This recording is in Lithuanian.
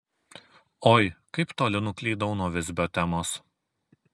oi kaip toli nuklydau nuo visbio temos